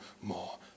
more